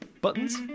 buttons